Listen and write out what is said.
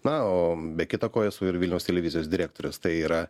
na o be kita ko esu ir vilniaus televizijos direktorius tai yra